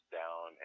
down